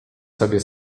sobie